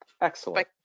Excellent